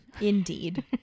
Indeed